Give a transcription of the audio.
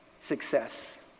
success